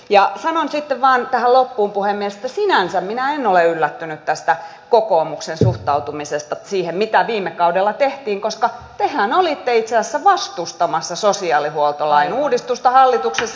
ja sanon sitten vain tähän loppuun puhemies että sinänsä minä en ole yllättynyt tästä kokoomuksen suhtautumisesta siihen mitä viime kaudella tehtiin koska tehän olitte itse asiassa vastustamassa sosiaalihuoltolain uudistusta hallituksessa